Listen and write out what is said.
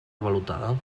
avalotada